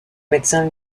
médecins